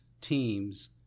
teams